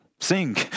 Sing